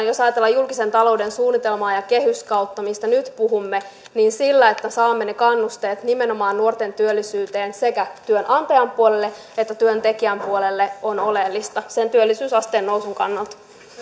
jos ajatellaan julkisen talouden suunnitelmaa ja kehyskautta mistä nyt puhumme niin se että saamme ne kannusteet nimenomaan nuorten työllisyyteen sekä työnantajan puolelle että työntekijän puolelle on oleellista sen työllisyysasteen nousun kannalta